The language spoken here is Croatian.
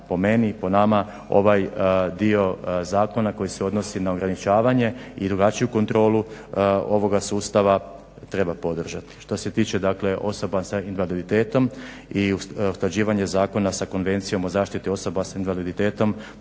po meni i po nama ovaj dio zakona koji se odnosi na ograničavanje i drugačiju kontrolu ovoga sustava treba podržati. Što se tiče dakle osoba sa invaliditetom i usklađivanje zakona sa Konvencijom o zaštiti osoba s invaliditetom